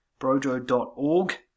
Brojo.org